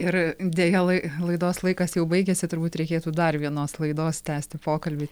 ir deja lai laidos laikas jau baigėsi turbūt reikėtų dar vienos laidos tęsti pokalbį